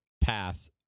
path